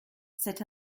c’est